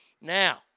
Now